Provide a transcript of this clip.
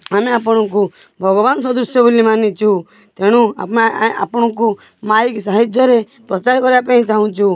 ଆମେ ଆପଣଙ୍କୁ ଭଗବାନ ସଦୃଶ୍ୟ ବୋଲି ମାନିଛୁ ତେଣୁ ଆପଣଙ୍କୁ ମାଇକ୍ ସାହାଯ୍ୟରେ ପ୍ରଚାର କରିବା ପାଇଁ ଚାହୁଁଛୁ